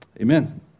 Amen